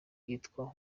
kwitwa